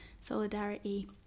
solidarity